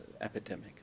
epidemic